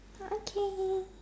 okay